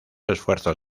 esfuerzos